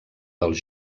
dels